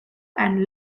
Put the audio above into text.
and